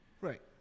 right